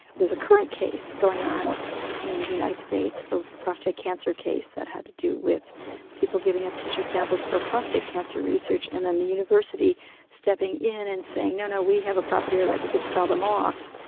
there's a current case going on in the united states, the prostate cancer case, that had to do with people giving up tissue samples for a prostate cancer research, and then the university stepping in and saying, no, no, we have a property right, we could sell them off',